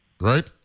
right